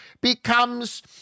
becomes